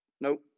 nope